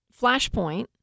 Flashpoint